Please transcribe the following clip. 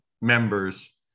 members